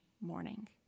morning